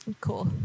Cool